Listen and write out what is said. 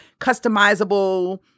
customizable